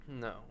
No